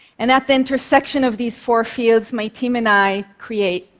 and at the intersection of these four fields, my team and i create.